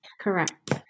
correct